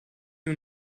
nur